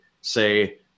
say